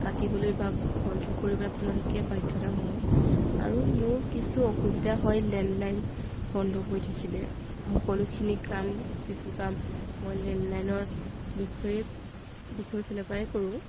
কাটিবলৈ বা বন্ধ কৰিবলৈ আপোনালোকে বাধ্যতামূলক আৰু মোৰ কিছু অসুবিধা হয় লেণ্ডলাইন বন্ধ হৈ থাকিলে সকলোখিনি কাম কিছু কাম মই লেণ্ডলাইনৰ বিষয়ে বিষয় ফালৰ পৰায়ে কৰোঁ